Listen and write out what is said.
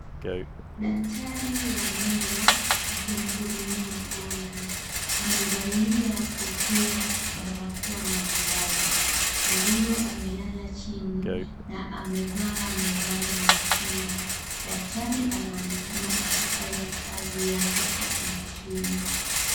Daktari wa meno, aki mhudumia mgonjwa, amevalia kofia, barakoa na glavu. Mgonjwa Amelala chini na amevaa miwani ya Kinga. Daktari anaonekana akifanya kazi yake kwa umakini.